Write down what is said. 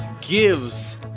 gives